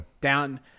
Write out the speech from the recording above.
Down